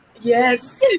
yes